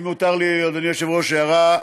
אם יותר לי, אדוני היושב-ראש, הערה: